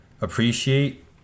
appreciate